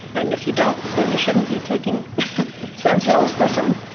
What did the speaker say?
and if you don't then you shouldn't be taking stem cells for some.